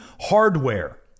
hardware